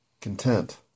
content